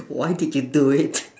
why did you do it